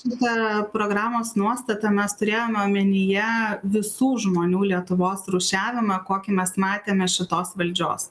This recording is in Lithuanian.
šitą programos nuostatą mes turėjome omenyje visų žmonių lietuvos rūšiavimą kokį mes matėme šitos valdžios